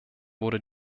wurde